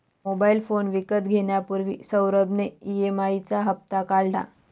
mobile phone विकत घेण्यापूर्वी सौरभ ने ई.एम.आई चा हप्ता काढला